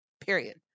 period